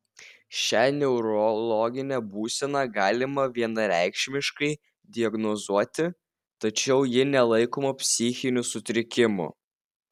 šią neurologinę būseną galima vienareikšmiškai diagnozuoti tačiau ji nelaikoma psichiniu sutrikimu